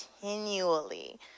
continually